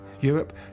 Europe